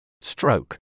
stroke